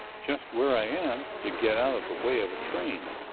just where i am, to get out of the way of a train.